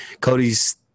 Cody's